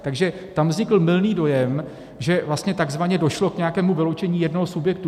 Takže tam vznikl mylný dojem, že vlastně tzv. došlo k nějakému vyloučení jednoho subjektu.